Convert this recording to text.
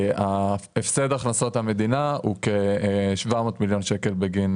ההפסד להכנסות המדינה הוא כ-700 מיליון שקלים בגין